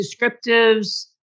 descriptives